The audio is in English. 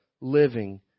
Living